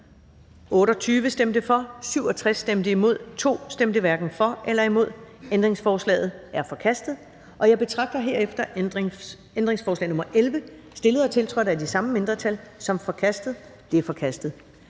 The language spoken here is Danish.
SF, RV, EL, NB, LA, FG og ALT), hverken for eller imod stemte 0. Ændringsforslaget er forkastet. Jeg betragter herefter ændringsforslag nr. 4, stillet og tiltrådt af de samme mindretal, som forkastet. Det er forkastet.